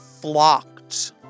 flocked